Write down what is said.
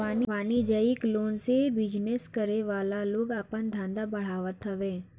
वाणिज्यिक लोन से बिजनेस करे वाला लोग आपन धंधा बढ़ावत हवे